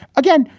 again,